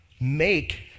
make